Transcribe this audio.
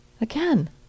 Again